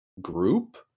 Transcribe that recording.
group